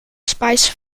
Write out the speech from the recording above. spice